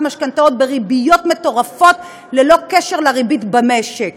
משכנתאות בריביות מטורפות ללא קשר לריבית במשק.